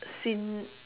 seen